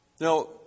Now